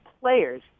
players